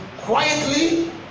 quietly